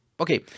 Okay